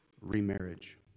Remarriage